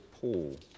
Paul